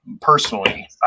personally